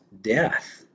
death